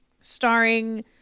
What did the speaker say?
starring